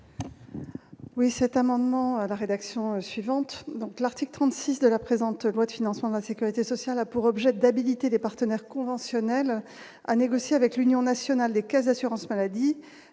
Oui, cet amendement à la rédaction suivante, donc, l'article 36 de la présente loi de financement de la Sécurité sociale a pour objet d'habiliter les partenaires conventionnels à négocier avec l'Union nationale des caisses d'assurance-maladie,